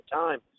time